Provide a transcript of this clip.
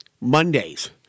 Mondays